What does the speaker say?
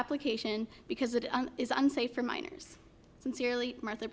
application because it is unsafe for miners sincerely martha